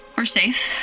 we're safe,